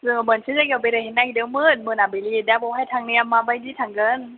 जोङो मोनसे जायगायाव बेरायहैनो नागिरदोंमोन मोनाबिलि दा बहाय थांनाया माबायदि थांगोन